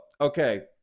okay